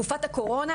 בתקופת הקורונה,